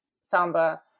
samba